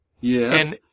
Yes